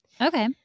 Okay